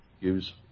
Use